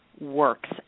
works